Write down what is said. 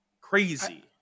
Crazy